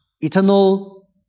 eternal